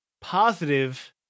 positive